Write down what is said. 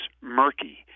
murky